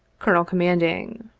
colonel commanding